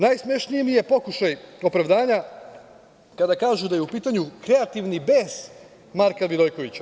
Najsmešnije mi je pokušaj opravdanja, kada kažu da je u pitanju kreativni bes Marka Vidojkovića.